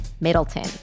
Middleton